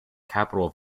capital